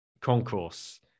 concourse